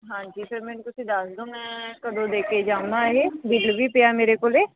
ਹਾਂਜੀ ਫਿਰ ਮੈਨੂੰ ਤੁਸੀਂ ਦੱਸ ਦਿਓ ਮੈਂ ਕਦੋਂ ਦੇ ਕੇ ਜਾਵਾਂ ਇਹ ਬਿੱਲ ਵੀ ਪਿਆ ਮੇਰੇ ਕੋਲ